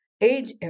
Age